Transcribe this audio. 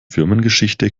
firmengeschichte